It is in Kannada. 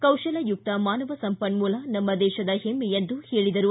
ಕೌಶಲಯುಕ್ತ ಮಾನವ ಸಂಪನ್ಮೂಲ ನಮ್ಮ ದೇಶದ ಹೆಮ್ಗೆ ಎಂದರು